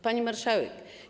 Pani Marszałek!